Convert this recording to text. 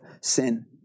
sin